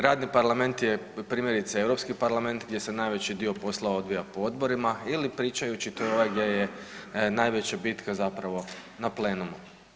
Radni parlament je primjerice Europski parlament gdje se najveći dio poslova odvija po odborima ili pričajući, to je ovaj gdje je najveća bitka zapravo na plenumu.